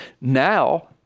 now